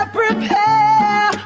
prepare